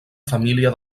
família